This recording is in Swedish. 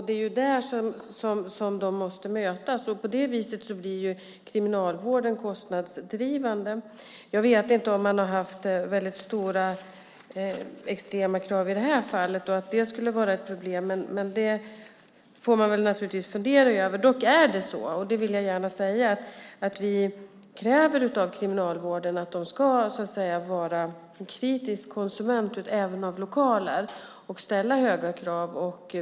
Det är där man måste mötas. På så sätt blir Kriminalvården kostnadsdrivande. Jag vet inte om man i det här fallet har haft extrema krav och att det skulle vara ett problem, men det får man naturligtvis fundera över. Dock kräver vi - det vill jag gärna säga - av Kriminalvården att man ska vara en kritisk konsument även av lokaler och ställa höga krav.